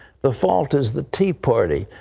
the fault is the tea party,